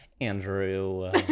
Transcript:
Andrew